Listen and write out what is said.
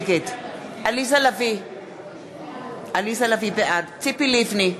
נגד עליזה לביא, בעד ציפי לבני,